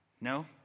No